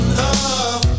love